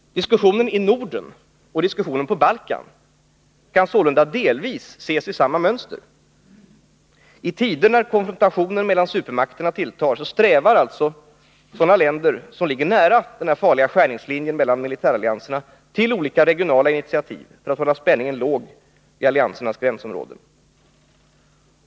Diskussionen i Norden och diskussionen på Balkan kan sålunda delvis ses som inslag i samma mönster. I tider när konfrontationen mellan supermakterna tilltar strävar sådana länder som ligger nära den farliga skärningslinjen mellan militärallianserna till olika regionala initiativ för att hålla spänningen låg i alliansernas gränsområden.